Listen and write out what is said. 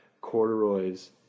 corduroys